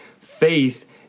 faith